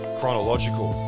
chronological